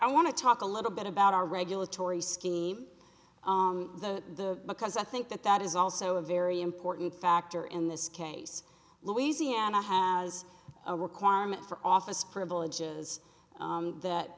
i want to talk a little bit about our regulatory scheme the because i think that that is also a very important factor in this case louisiana has a requirement for office privileges that